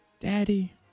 Daddy